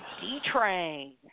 D-Train